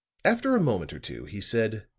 after a moment or two, he said